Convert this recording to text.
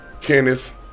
Kenneth